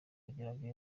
game